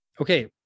okay